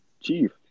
Chief